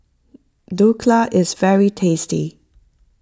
Dhokla is very tasty